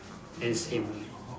then same lah